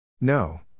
No